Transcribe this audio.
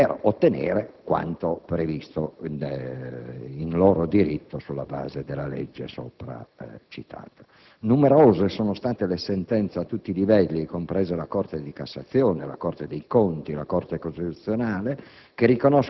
per ottenere quanto previsto in loro diritto sulla base della legge sopra citata. Numerose sono state le sentenze a tutti i livelli, incluse quelle della Corte di cassazione, della Corte dei conti e della Corte costituzionale